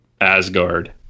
Asgard